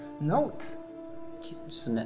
note